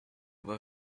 were